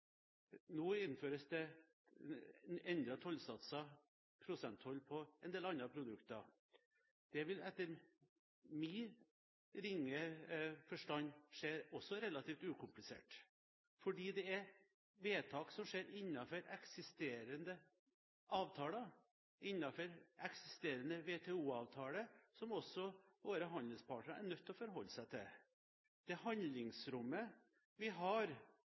Nå innføres det endrede tollsatser, prosenttoll, på en del andre produkter. Det vil etter min ringe forstand skje også relativt ukomplisert, fordi det er vedtak som skjer innenfor eksisterende avtaler, innenfor eksisterende WTO-avtale, som også våre handelspartnere er nødt til å forholde seg til. Det handlingsrommet vi har